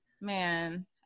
Man